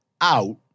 out